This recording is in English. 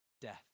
Death